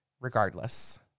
regardless